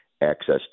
access